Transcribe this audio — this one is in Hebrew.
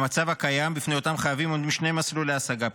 במצב הקיים בפני אותם חייבים עומדים שני מסלולי השגה: